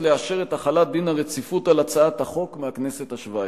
לאשר את החלת דין הרציפות על הצעת החוק מהכנסת השבע-עשרה.